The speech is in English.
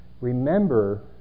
Remember